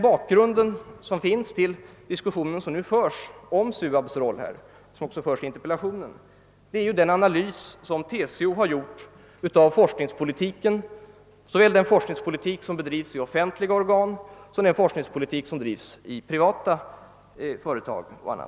Bakgrunden till den diskussion som nu förs om SUAB:s roll är den analys som TCO har gjort av forskningspolitiken i såväl offentliga organ som privata företag.